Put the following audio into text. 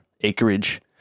acreage